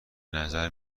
نظر